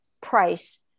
price